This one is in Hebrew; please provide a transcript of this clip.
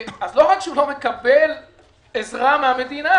אז לא רק שהוא לא מקבל עזרה מהמדינה,